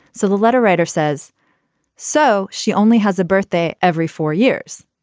so the letter writer says so she only has a birthday every four years.